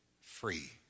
free